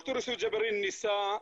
ד"ר יוסף ג'בארין ניסה,